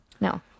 no